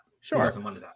sure